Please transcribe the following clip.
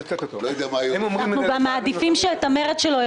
אנחנו גם מעדיפים שאת המרץ שלו הוא